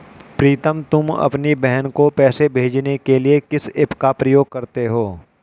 प्रीतम तुम अपनी बहन को पैसे भेजने के लिए किस ऐप का प्रयोग करते हो?